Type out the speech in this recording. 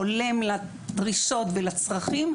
הולם לדרישות ולצרכים,